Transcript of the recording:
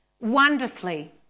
wonderfully